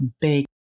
big